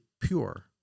pure